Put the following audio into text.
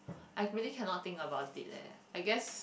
I really cannot think about it leh